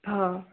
हा